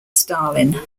stalin